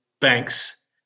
banks